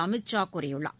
அமித் ஷா கூறியுள்ளார்